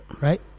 Right